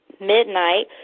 midnight